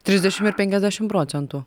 trisdešim ir penkiasdešim procentų